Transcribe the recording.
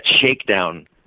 shakedown